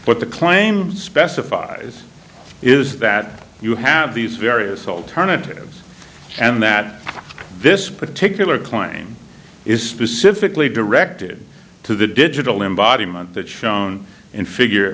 what the claim specifies is that you have these various alternatives and that this particular claim is specifically directed to the digital embodiment that shown in figure